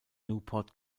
newport